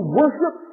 worship